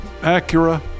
Acura